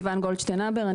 אני סיון גולדשטיין הבר,